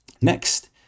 Next